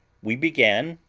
we began,